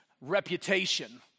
reputation